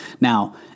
Now